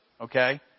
Okay